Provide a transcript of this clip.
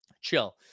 chill